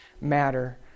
matter